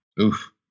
Oof